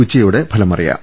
ഉച്ചയോടെ ഫലമറിയാം